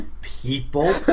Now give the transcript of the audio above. people